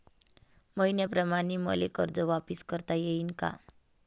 मईन्याप्रमाणं मले कर्ज वापिस करता येईन का?